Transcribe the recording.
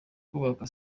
kubaka